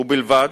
ובלבד